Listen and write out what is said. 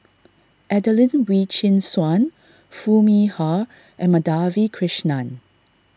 Adelene Wee Chin Suan Foo Mee Har and Madhavi Krishnan